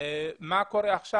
מה קורה עכשיו?